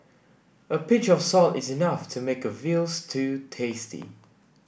a pinch of salt is enough to make a veal stew tasty